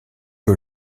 que